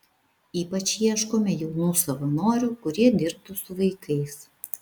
ypač ieškome jaunų savanorių kurie dirbtų su vaikais